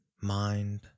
mind